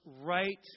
right